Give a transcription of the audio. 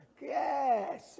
yes